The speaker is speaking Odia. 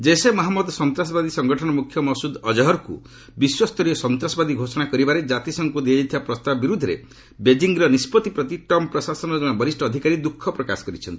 ଜୈସେ ମହମ୍ମଦ ସନ୍ତାସବାଦୀ ସଙ୍ଗଠନର ମୁଖ୍ୟ ମସୁଦ୍ ଅକ୍ହର୍କୁ ବିଶ୍ୱସ୍ତରୀୟ ସନ୍ତାବାଦୀ ଘୋଷଣା କରିବାରେ ଜାତିସଂଘକୁ ଦିଆଯାଇଥିବା ପ୍ରସ୍ତାବ ବିରୁଦ୍ଧରେ ବେଜିଂର ନିଷ୍କଭି ପ୍ରତି ଟ୍ରମ୍ପ୍ ପ୍ରଶାସନର ଜଣେ ବରିଷ୍ଣ ଅଧିକାରୀ ଦ୍ରୁଖ ପ୍ରକାଶ କରିଛନ୍ତି